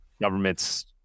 government's